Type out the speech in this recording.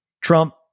Trump